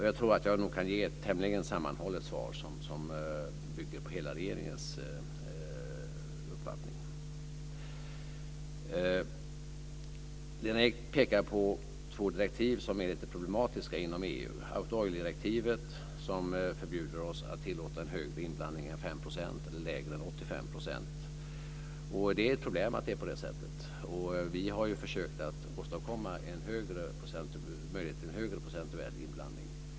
Jag tror att jag nog kan ge ett tämligen sammanhållet svar, som bygger på hela regeringens uppfattning. Lena Ek pekar på två direktiv som är lite problematiska inom EU. Auto-Oil-direktivet förbjuder oss att tillåta en högre inblandning än 5 % eller en lägre än 85 %. Det är ett problem, och vi har försökt åstadkomma en möjlighet till högre procentuell inblandning.